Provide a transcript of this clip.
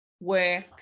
work